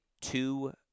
two